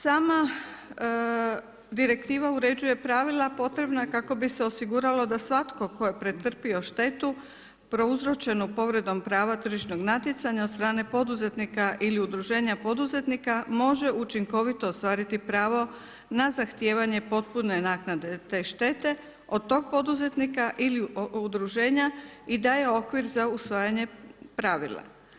Sama direktiva uređuje pravila kako bi se osiguralo da svatko tko je pretrpio štetu prouzročenu povredom prava tržišnog natjecanja od strane poduzetnika ili udruženja poduzetnika, može učinkovito ostvariti pravo na zahtijevanje potpune naknade te štete od tog poduzetnika ili udružena i daje okvir za usvajanje pravila.